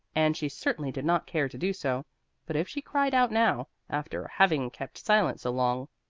and she certainly did not care to do so but if she cried out now, after having kept silent so long,